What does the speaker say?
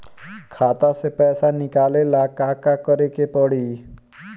खाता से पैसा निकाले ला का का करे के पड़ी?